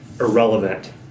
irrelevant